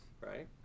right